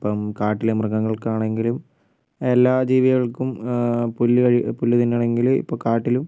ഇപ്പം കാട്ടിലെ മൃഗങ്ങൾക്കാണെങ്കിലും എല്ലാ ജീവികൾക്കും പുല്ല് പുല്ല് തിന്നണമെങ്കിൽ ഇപ്പോൾ കാട്ടിലും